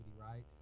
right